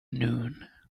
noon